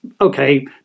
okay